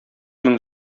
мең